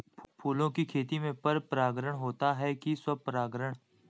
फूलों की खेती में पर परागण होता है कि स्वपरागण?